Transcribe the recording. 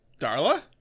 Darla